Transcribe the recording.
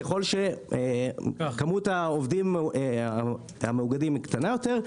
ככל שכמות העובדים המאוגדים קטנה יותר,